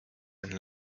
and